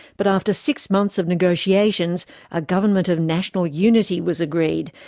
but after six months of negotiations a government of national unity was agreed,